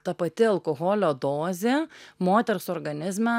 ta pati alkoholio dozė moters organizme